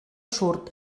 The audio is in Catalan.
surt